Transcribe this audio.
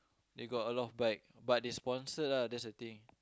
they got a lot of bike but they sponsored ah that's the thing